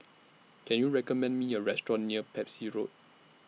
Can YOU recommend Me A Restaurant near Pepys Road